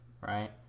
right